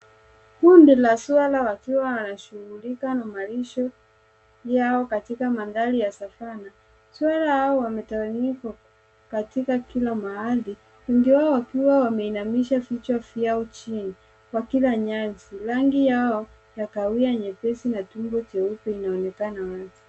Kundi la swara wakiwa wanashughulika na malisho yao katika mandhari ya Savannah. Swara hao wametawanyika katika kila mahali wengi wao wakiwa wameinamisha vichwa vyao chini wakila nyasi rangi yao ya kahawia nyepesi na tumbo cheupe inaoonekana wazi.